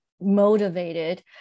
motivated